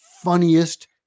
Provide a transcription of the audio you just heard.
funniest